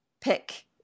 pick